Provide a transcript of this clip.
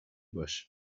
bush